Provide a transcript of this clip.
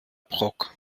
brok